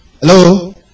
Hello